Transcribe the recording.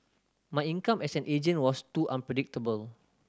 my income as an agent was too unpredictable